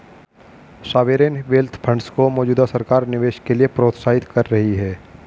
sovereign wealth funds को मौजूदा सरकार निवेश के लिए प्रोत्साहित कर रही है